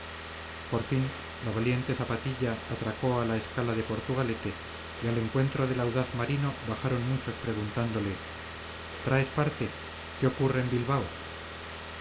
por fin la valiente zapatilla atracó a la escala de portugalete y al encuentro del audaz marino bajaron muchos preguntándole traes parte qué ocurre en bilbao